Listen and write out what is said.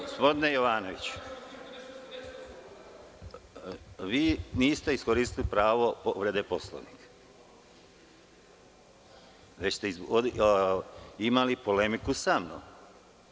Gospodine Jovanoviću, vi niste iskoristili pravo povrede Poslovnika, već ste imali polemiku samnom.